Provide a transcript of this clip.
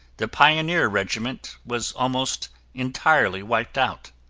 the pioneer regiment was almost entirely wiped out.